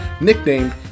nicknamed